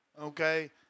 okay